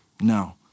No